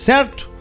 Certo